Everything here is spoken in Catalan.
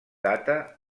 data